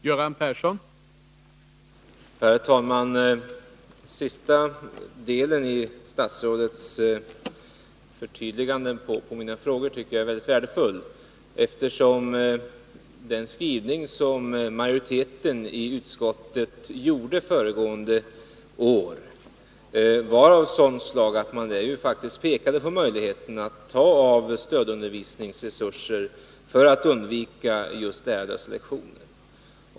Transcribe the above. Herr talman! Sista delen av statsrådets förtydliganden med anledning av mina frågor tycker jag är mycket värdefull, eftersom den skrivning som majoriteten i utbildningsutskottet gjorde föregående år var av sådant slag, att den faktiskt pekade på möjligheten att ta av stödundervisningsresurser för att undvika just lärarlösa lektioner.